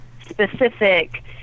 specific